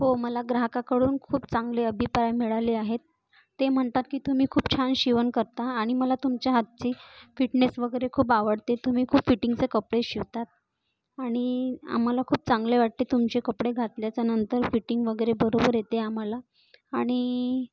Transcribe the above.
हो मला ग्राहकाकडून खूप चांगले अभिप्राय मिळाले आहेत ते म्हणतात की तुम्ही खूप छान शिवण करता आणि मला तुमच्या हातची फिटनेस वगैरे खूप आवडते तुम्ही खूप फिटिंगचे कपडे शिवतात आणि आम्हाला खूप चांगले वाटते तुमचे कपडे घातल्याचानंतर फिटिंग वगैरे बरोबर येते आम्हाला आणि